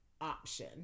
option